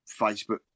facebook